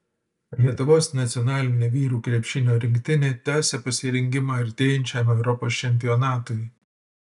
lietuvos nacionalinė vyrų krepšinio rinktinė tęsią pasirengimą artėjančiam europos čempionatui